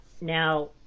now